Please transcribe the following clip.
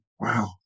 Wow